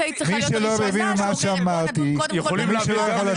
את היית צריכה להיות הראשונה שאומרת שנדון קודם כל בהלומי הקרב.